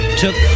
took